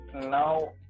now